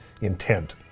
intent